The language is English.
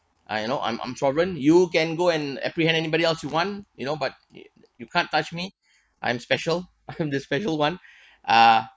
uh you know I'm I'm foreign you can go and apprehend anybody else you want you know but you can't touch me I'm special I'm the special one uh